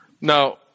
now